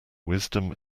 wisdom